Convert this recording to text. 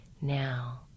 now